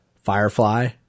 Firefly